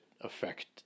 affect